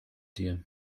dir